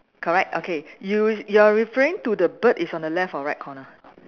correct okay you you are referring to the bird is on the left or right corner